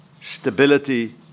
stability